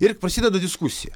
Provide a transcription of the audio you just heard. ir prasideda diskusija